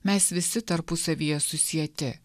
mes visi tarpusavyje susieti